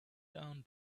down